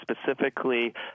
specifically